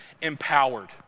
empowered